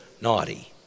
naughty